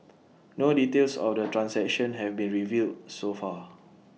no details of the transaction have been revealed so far